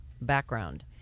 Background